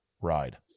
ride